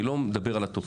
אני לא מדבר על התופעה.